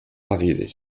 arrivaient